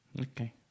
Okay